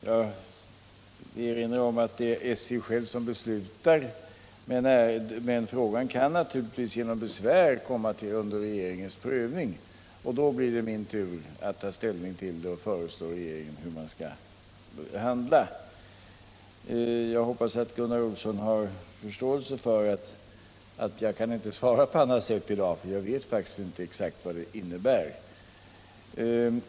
Jag vill erinra om att det är SJ som beslutar, men frågan kan naturligtvis genom besvär komma under regeringens prövning, och då blir det min tur att ta ställning och föreslå regeringen hur den skall handla. Jag hoppas att Gunnar Olsson har förståelse för att jag inte kan ge något annat besked i dag.